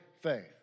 faith